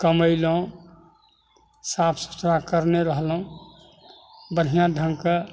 कमैलहुॅं साफ सुथरा कयने रहलहुॅं बढ़िआँ ढङ्गके